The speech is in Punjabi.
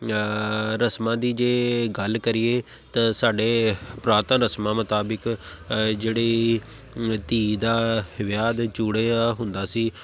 ਰਸਮਾਂ ਦੀ ਜੇ ਗੱਲ ਕਰੀਏ ਤਾਂ ਸਾਡੇ ਪੁਰਾਤਨ ਰਸਮਾਂ ਮੁਤਾਬਿਕ ਜਿਹੜੀ ਧੀ ਦਾ ਵਿਆਹ ਦੇ ਚੂੜੇ ਦਾ ਹੁੰਦਾ ਸੀ